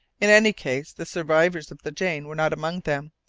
in any case, the survivors of the jane were not among them.